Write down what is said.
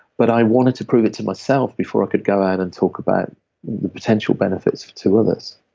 but i wanted to prove it to myself before i could go out and talk about the potential benefits to others